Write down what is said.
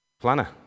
planner